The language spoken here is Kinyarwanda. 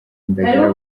indagara